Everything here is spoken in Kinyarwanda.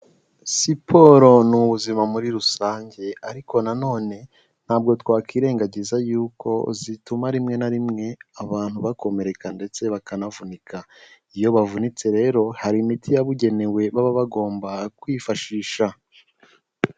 Siporo ni ubuzima muri rusange ariko na none ntabwo twakwirengagiza yuko zituma rimwe na rimwe abantu bakomereka ndetse bakanavunika. Iyo bavunitse rero hari imiti yabugenewe baba bagomba kwifashisha.